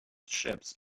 ships